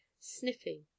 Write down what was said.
sniffing